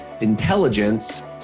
intelligence